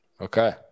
Okay